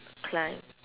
climb